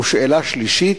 ושאלה שלישית,